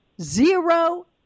zero